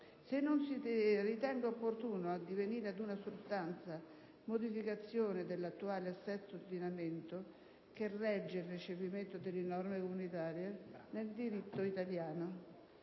se non si ritenga opportuno addivenire ad una sostanziale modificazione dell'attuale assetto ordinamentale che regge il recepimento delle norme comunitarie nel diritto italiano.